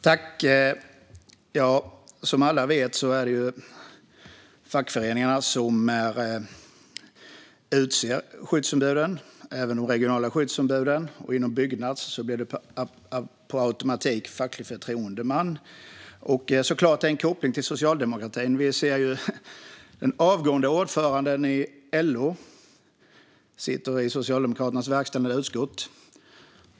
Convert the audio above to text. Herr talman! Som alla vet är det fackföreningarna som utser skyddsombuden, även de regionala. Inom Byggnads blir man med automatik facklig förtroendeman. Det är klart att det finns en koppling till socialdemokratin. Den avgående ordföranden i LO sitter i Socialdemokraternas verkställande utskott.